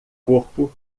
corpo